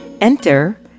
Enter